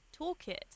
toolkit